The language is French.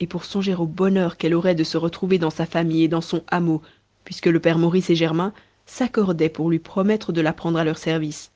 et pour songer au bonheur qu'elle aurait de se retrouver dans sa famille et dans son hameau puisque le père maurice et germain s'accordaient pour lui promettre de la prendre à leur service